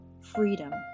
freedom